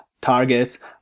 targets